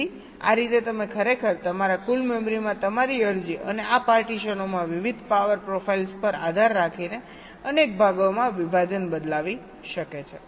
તેથી આ રીતે તમે ખરેખર તમારા કુલ મેમરીમાં તમારી અરજી અને આ પાર્ટીશનોમાં વિવિધ પાવર પ્રોફાઇલ્સ પર આધાર રાખીને અનેક ભાગોમાં વિભાજન બદલાવી શકે છે